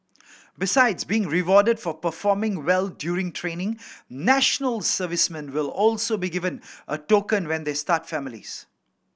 besides being rewarded for performing well during training national servicemen will also be given a token when they start families